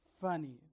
funny